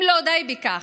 אם לא די בכך,